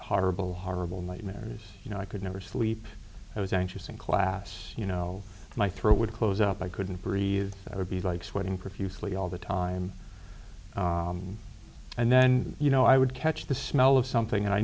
horrible horrible nightmares you know i could never sleep i was anxious in class you know my throat would close up i couldn't breathe or be like sweating profusely all the time and then you know i would catch the smell of something and i